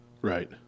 right